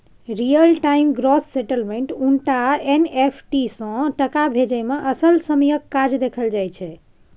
real time gross सेटलमेंटक उनटा NFT सँ टका भेजय मे असल समयक काज देखल जाइ छै